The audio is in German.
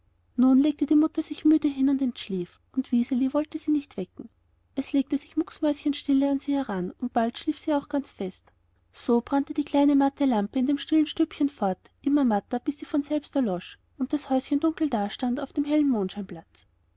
nun legte die mutter sich müde hin und entschlief und wiseli wollte sie nicht wecken es legte sich mäuschenstille an sie heran und bald schlief es auch ganz fest so brannte die kleine matte lampe in dem stillen stübchen fort immer matter bis sie von selbst erlosch und das häuschen dunkel dastand auf dem hellen